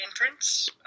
entrance